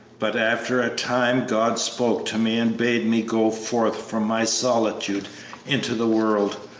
but after a time god spoke to me and bade me go forth from my solitude into the world,